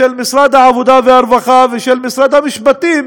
של משרד העבודה והרווחה ושל משרד המשפטים,